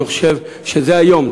אני חושב שהיום,